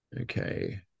Okay